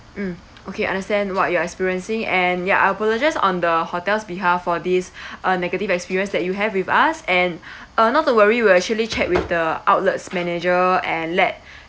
mm okay understand what you are experiencing and ya I apologise on the hotel's behalf for this uh negative experience that you have with us and uh not to worry we'll actually check with the outlet's manager and let